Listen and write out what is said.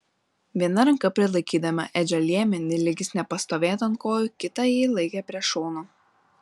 viena ranka prilaikydama edžio liemenį lyg jis nepastovėtų ant kojų kitą ji laikė prie šono